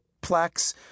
Plaques